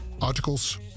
articles